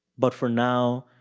but for now,